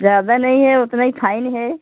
ज़्यादा नहीं है उतना ही फाइन है